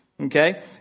Okay